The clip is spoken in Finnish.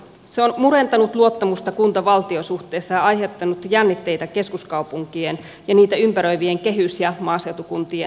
se on murentanut luottamusta kuntavaltio suhteessa ja aiheuttanut jännitteitä keskuskaupunkien ja niitä ympäröivien kehys ja maaseutukuntien välille